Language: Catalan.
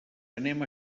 anem